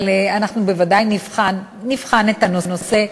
אבל אנחנו בוודאי נבחן את הנושא,